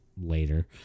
later